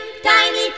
Tiny